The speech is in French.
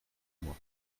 mois